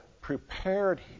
prepared